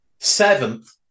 Seventh